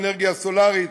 מאנרגיה סולרית,